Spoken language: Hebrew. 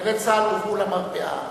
חיילי צה"ל הובאו למרפאה,